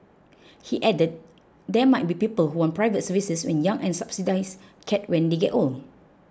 he added there might be people who want private services when young and subsidised care when they get old